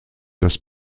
das